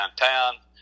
downtown